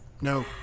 no